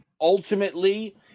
ultimately